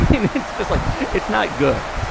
it's just like it's not good.